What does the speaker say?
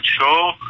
show